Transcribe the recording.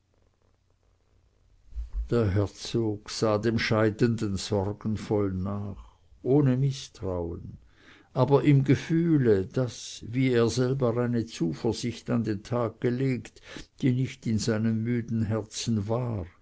der herzog sah dem scheidenden sorgenvoll nach ohne mißtrauen aber im gefühle daß wie er selber eine zuversicht an den tag gelegt die nicht in seinem müden herzen war